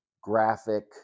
graphic